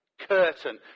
curtain